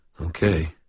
Okay